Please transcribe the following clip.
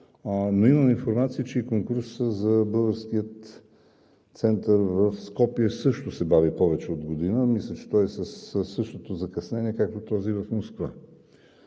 Имаме информация, че и конкурсът за Българския център в Скопие също се бави повече от година. Мисля, че той е със същото закъснение, както този в Москва.